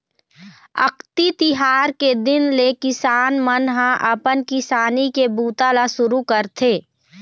अक्ती तिहार के दिन ले किसान मन ह अपन किसानी के बूता ल सुरू करथे